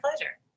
pleasure